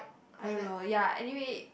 I don't know ya anyway